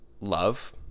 love